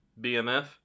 BMF